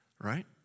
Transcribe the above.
right